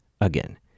again